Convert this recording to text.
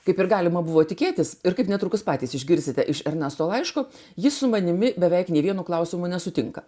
kaip ir galima buvo tikėtis ir kaip netrukus patys išgirsite iš ernesto laiško jis su manimi beveik nė vienu klausimu nesutinka